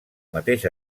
mateix